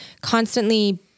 constantly